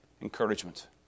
encouragement